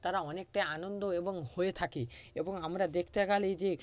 তারা অনেকটাই আনন্দ এবং হয়ে থাকে এবং আমরা দেখতে গেলেই যে